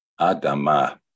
Adama